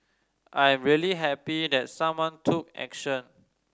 I am really happy that someone took action